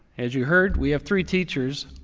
as you heard, we have three teachers,